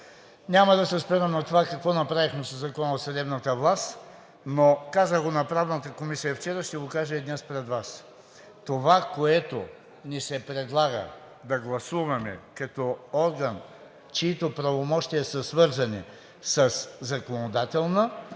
Няма да се спирам на това какво направихме със Закона за съдебната власт, но – казах го на Правната комисия вчера, ще го кажа и днес пред Вас: това, което ни се предлага да гласуваме като орган, чиито правомощия са свързани със законодателна